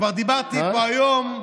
כבר דיברתי פה היום,